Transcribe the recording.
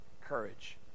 courage